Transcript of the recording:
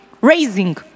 raising